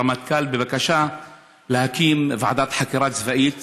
בבקשה להקים ועדת חקירה צבאית